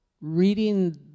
Reading